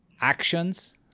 actions